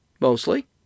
mostly